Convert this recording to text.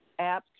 apps